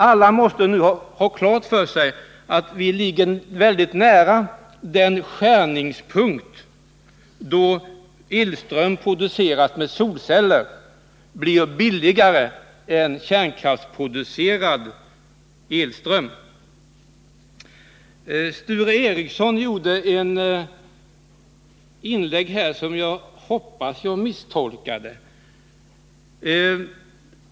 Alla måste nu ha klart för sig att vi ligger nära den skärningspunkt då elström producerad med solceller blir billigare än kärnkraftsproducerad elström. Sture Ericson gjorde här ett inlägg som jag hoppas att jag misstolkade.